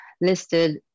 listed